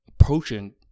approaching